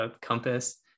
compass